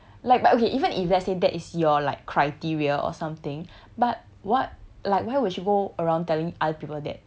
like but okay even if let's say that is your like criteria or something but what like why would she go around telling other people that